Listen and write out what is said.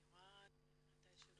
אתם יכולים לראות שהמידע שמוצג כאן,